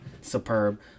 superb